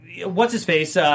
What's-his-face